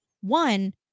One